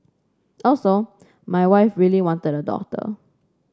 also my wife really wanted a daughter